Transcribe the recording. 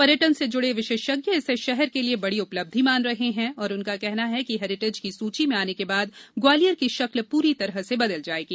पर्यटन से जुड़े विशेषज्ञ इसे शहर के लिए बड़ी उपलब्धि मान रहे और उनका कहना है हेरिटेज की सूची में आने के बाद ग्वालियर की शक्ल पूरी तरह से बदल जाएगी